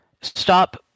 Stop